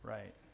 Right